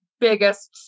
biggest